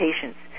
patients